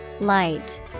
Light